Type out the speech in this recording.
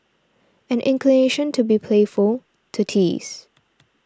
an inclination to be playful to tease